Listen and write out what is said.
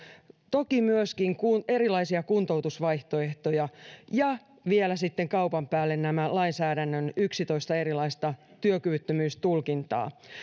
toki myöskin erilaisia kuntoutusvaihtoehtoja ja vielä sitten kaupan päälle nämä lainsäädännön yksitoista erilaista työkyvyttömyystulkintaa